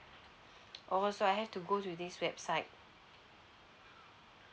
orh so I have to go to this website